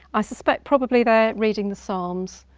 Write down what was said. i suspect probably they're reading the psalms,